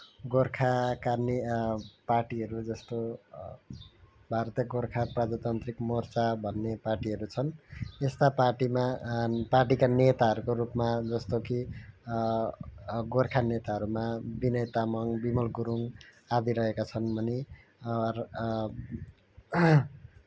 गोर्खाका पार्टीहरू जस्तो भारतीय गोर्खा प्रजातान्त्रिक मोर्चा भन्ने पार्टीहरू छन् यस्ता पार्टीमा पार्टीका नेताहरूको रूपमा जस्तो कि गोर्खा नेताहरूमा बिनय तामाङ बिमल गुरूङ आदि रहेका छन् भने